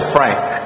Frank